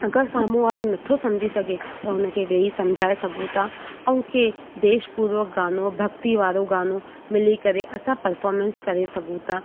अगरि साम्हूं वारो नथो समझी सघे त हुन खे वेही सम्झाए सघूं था ऐं कंहिं देशपूर्वक गानो भक्ति वारो गानो मिली करे असां पर्फोमेंस करे सघूं ता